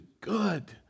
good